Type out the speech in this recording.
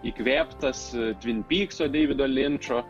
įkvėptas deivido linčo